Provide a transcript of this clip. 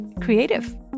creative